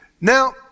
Now